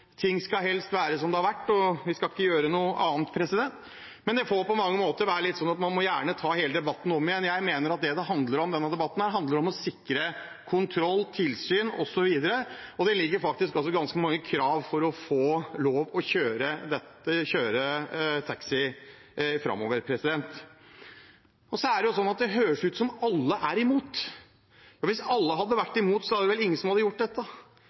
helst skal være som de har vært, og at vi ikke skal gjøre noe annet. Men det får på mange måter være litt sånn at man gjerne får ta hele debatten om igjen. Jeg mener at det denne debatten handler om, er å sikre kontroll, tilsyn osv. Det ligger faktisk også inne ganske mange krav for å få lov til å kjøre taxi framover. Det høres ut som om alle er imot. Men hvis alle hadde vært imot, var det vel ingen som hadde gjort dette.